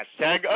hashtag